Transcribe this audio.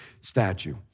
statue